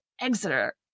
Exeter